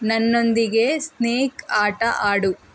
ನನ್ನೊಂದಿಗೆ ಸ್ನೇಕ್ ಆಟ ಆಡು